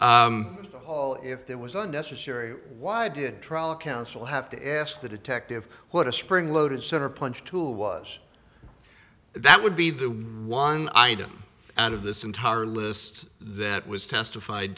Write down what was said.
all if there was unnecessary why did tribal council have to ask the detective what a spring loaded center punch tool was that would be the one item out of this entire list that was testified